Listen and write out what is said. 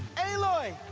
aloy!